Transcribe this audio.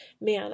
man